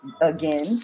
again